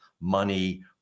money